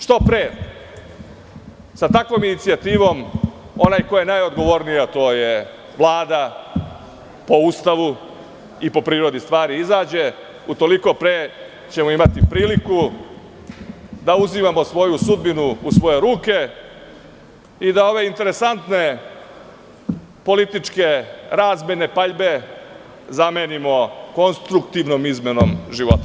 Što pre sa takvom inicijativom onaj ko je najodgovorniji, a to je Vlada po Ustavu i po prirodi stvari, izađe u toliko pre ćemo imati priliku da uzimamo svoju sudbinu u svoje ruke i da ove interesantne političke razmene, paljbe zamenimo konstruktivnom izmenom života.